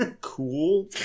Cool